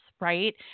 right